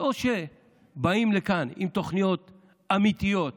אם באים לכאן עם תוכניות אמיתיות